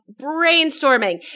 brainstorming